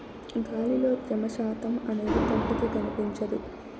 గాలిలో త్యమ శాతం అనేది కంటికి కనిపించదు